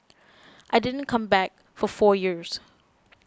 I didn't come back for four years